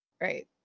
Right